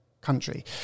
country